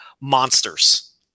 monsters